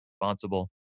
responsible